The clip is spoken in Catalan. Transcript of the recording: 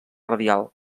radial